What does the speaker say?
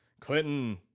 Clinton